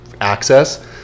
access